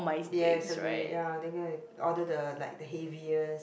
yes agree ya they gonna order the like the heaviest